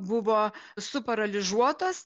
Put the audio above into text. buvo suparalyžiuotos